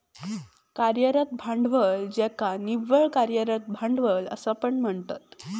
कार्यरत भांडवल ज्याका निव्वळ कार्यरत भांडवल असा पण म्हणतत